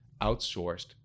outsourced